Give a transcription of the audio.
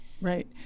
Right